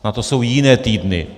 Na to jsou jiné týdny.